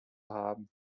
haben